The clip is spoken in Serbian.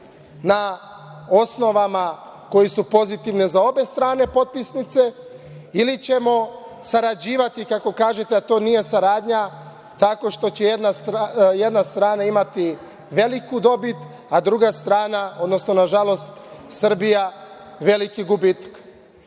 na osnovama koje su pozitivne za obe strane potpisnice, ili ćemo sarađivati kako kažete, a to nije saradnja tako što će jedna strana imati veliku dobit, a druga strana, odnosno nažalost Srbija, veliki gubitak? Koji